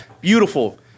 Beautiful